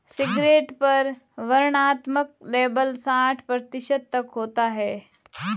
cigarette पर वर्णनात्मक label साठ प्रतिशत तक होता है